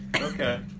Okay